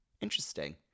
Interesting